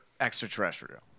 extraterrestrial